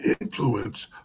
influence